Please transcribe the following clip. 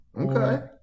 Okay